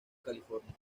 california